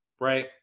right